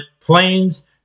planes